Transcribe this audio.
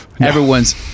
Everyone's